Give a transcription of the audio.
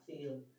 feel